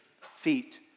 feet